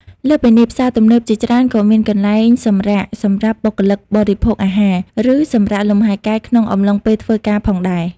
លើសពីនេះ ផ្សារទំនើបជាច្រើនក៏មានកន្លែងសម្រាក សម្រាប់បុគ្គលិកបរិភោគអាហារ ឬសម្រាកលំហែកាយក្នុងអំឡុងពេលធ្វើការផងដែរ។